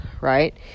right